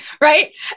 right